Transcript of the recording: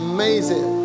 Amazing